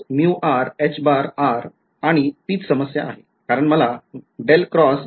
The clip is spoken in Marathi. आणि तीच समस्या आहे